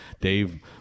Dave